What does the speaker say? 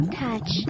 touch